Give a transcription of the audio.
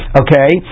okay